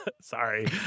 Sorry